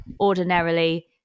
ordinarily